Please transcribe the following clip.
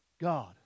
God